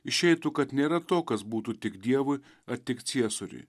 išeitų kad nėra to kas būtų tik dievui ar tik ciesoriui